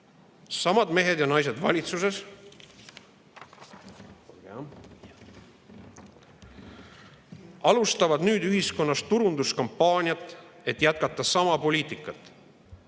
Samad mehed ja naised valitsuses alustavad ühiskonnas turunduskampaaniat, et jätkata sama poliitikat,